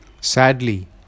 Sadly